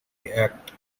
act